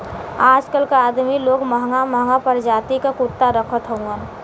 आजकल अदमी लोग महंगा महंगा परजाति क कुत्ता रखत हउवन